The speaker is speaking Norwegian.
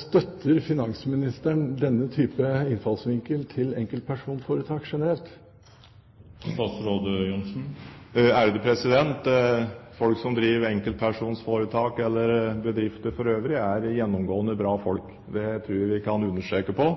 Støtter finansministeren denne type innfallsvinkel til enkeltpersonforetak generelt? Folk som driver enkeltpersonforetak eller bedrifter for øvrig, er gjennomgående bra folk. Det tror jeg vi kan underskrive på.